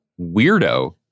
weirdo